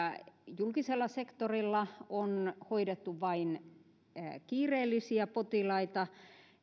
julkisella sektorilla on hoidettu vain kiireellisiä potilaita